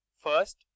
First